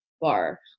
bar